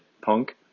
punk